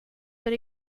but